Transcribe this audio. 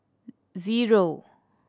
zero